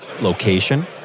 location